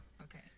Okay